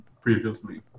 previously